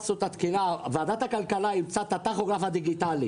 ועדת הכלכלה אימצה את ה- -- הדיגיטלי.